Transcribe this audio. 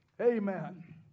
Amen